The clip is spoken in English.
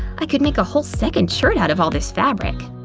i could make a whole second shirt out of all this fabric!